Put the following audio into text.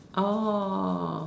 oh